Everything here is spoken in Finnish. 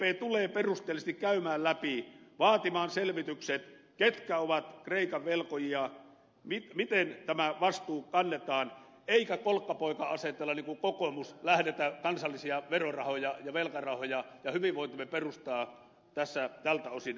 sdp tulee perusteellisesti käymään läpi vaatimaan selvitykset ketkä ovat kreikan velkojia miten tämä vastuu kannetaan eikä kolkkapoika asenteella niin kuin kokoomus lähdetä kansallisia verorahoja ja velkarahoja ja hyvinvointimme perustaa tältä osin murentamaan